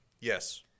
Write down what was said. yes